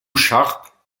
sharp